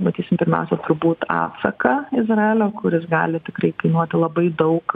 matysim pirmiausia turbūt atsaką izraelio kuris gali tikrai kainuoti labai daug